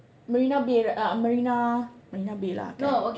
Marina Bay uh Marina Marina Bay lah kan